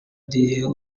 dieu